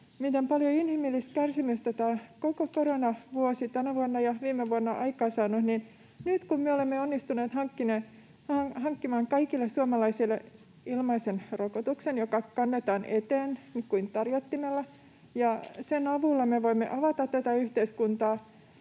miten paljon inhimillistä kärsimystä tämä koko koronavuosi tänä vuonna ja viime vuonna on aikaansaanut, niin nyt kun me olemme onnistuneet hankkimaan kaikille suomalaisille ilmaisen rokotuksen, joka kannetaan eteen kuin tarjottimella, ja sen avulla me voimme avata tätä yhteiskuntaa,